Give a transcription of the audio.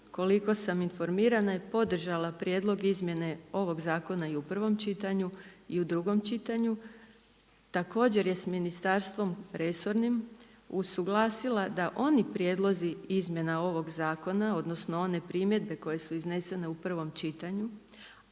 koliko sam informirana je podržala prijedlog izmjene ovog zakona i u prvom čitanju i u drugom čitanju. Također je sa ministarstvom resornim usuglasila da oni prijedlozi izmjena ovog zakona, odnosno one primjedbe koje su iznesene u prvom čitanju